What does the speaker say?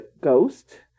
ghost